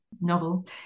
novel